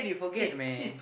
forget man